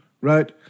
Right